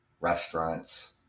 restaurants